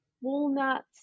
walnuts